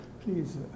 please